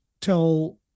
tell